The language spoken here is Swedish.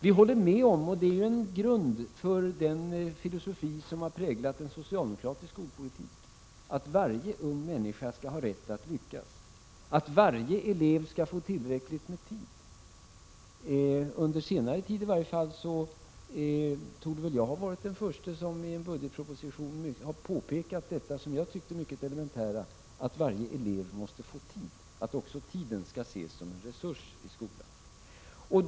Vi håller med om — det är grunden för den filosofi som har präglat socialdemokratisk skolpolitik — att varje människa skall ha rätt att lyckas, att varje elev skall få tillräckligt med tid. I varje fall under senare tid torde jag ha varit den förste som i en budgetproposition har påpekat det som jag tyckte mycket elementära, nämligen att varje elev måste få tid, att också tiden skall ses som en resurs i skolan.